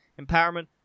empowerment